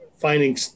finding